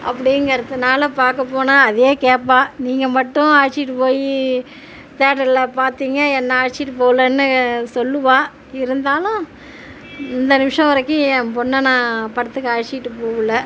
அப்படிங்குறதுனால பார்க்கப்போனா அதே கேப்பாள் நீங்கள் மட்டும் அழைச்சிகிட்டு போய் தேட்டரில் பார்த்தீங்க என்னை அழைச்சிகிட்டு போகலனு சொல்லுவாள் இருந்தாலும் இந்த நிமிஷம் வரைக்கும் என் பெண்ணை நான் படத்துக்கு அழைச்சிகிட்டு போகல